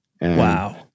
Wow